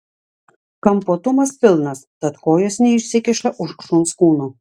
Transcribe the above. kampuotumas pilnas tad kojos neišsikiša už šuns kūno